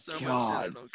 God